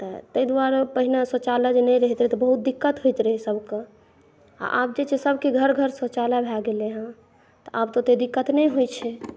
तऽ तैं दुआरे पहिने शौचालय जे नहि होयत रहै तऽ बहुत दिक़्क़त होइत रहै सभके आब जे छै सभके घर घर शौचालय भए गेलै हँ आब तऽ ओत्ते दिक़्क़त नहि होइ छै